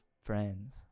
friends